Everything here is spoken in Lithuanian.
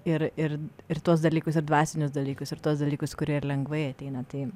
ir ir ir tuos dalykus ir dvasinius dalykus ir tuos dalykus kurie lengvai ateina tai